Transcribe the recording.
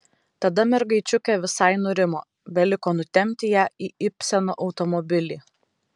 tada mergaičiukė visai nurimo beliko nutempti ją į ibseno automobilį